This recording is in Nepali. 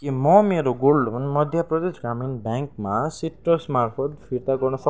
के म मेरो गोल्ड लोन मध्यप्रदेश ग्रामीण ब्याङ्कमा सिट्रसमार्फत फिर्ता तिर्न सक्छु